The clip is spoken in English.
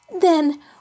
Then